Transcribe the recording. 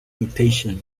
mutation